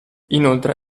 inoltre